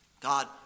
God